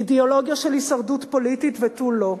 אידיאולוגיה של הישרדות פוליטית, ותו לא.